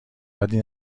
بدی